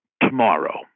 Tomorrow